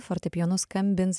fortepijonu skambins